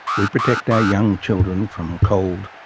we protect our young children from cold,